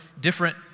different